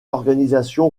organisation